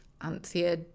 Anthea